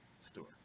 store